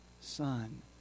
son